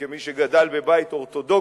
כמי שגדל בבית אורתודוקסי,